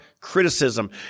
criticism